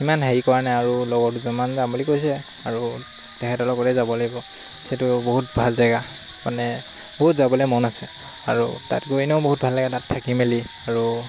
ইমান হেৰি কৰা নাই আৰু লগৰ দুজনমান যাম বুলি কৈছে আৰু তেখেতৰ লগতে যাব লাগিব সেইটো বহুত ভাল জেগা মানে বহুত যাবলৈ মন আছে আৰু তাত গৈ এনেও বহুত ভাল লাগে তাত থাকি মেলি আৰু